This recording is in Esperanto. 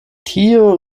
tiu